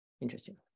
Interesting